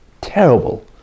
terrible